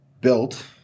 built